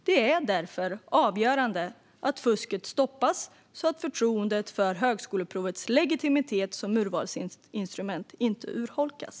Det är därför avgörande att fusket stoppas så att förtroendet för högskoleprovets legitimitet som urvalsinstrument inte urholkas.